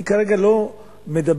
אני כרגע לא אומר,